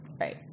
Right